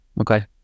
Okay